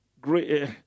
great